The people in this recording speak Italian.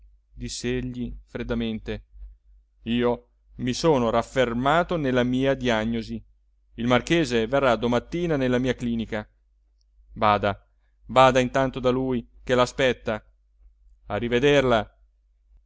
franchezza diss'egli freddamente io mi sono raffermato nella mia diagnosi il marchese verrà domattina nella mia clinica vada vada intanto da lui che la aspetta a rivederla